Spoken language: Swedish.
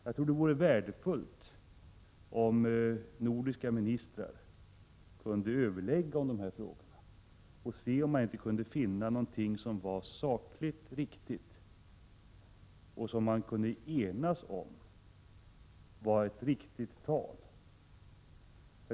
Jag tror det vore värdefullt om nordiska ministrar kunde överlägga om de här frågorna och se om man inte kunde enas om ett sakligt riktigt tal.